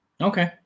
Okay